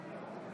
בעד יסמין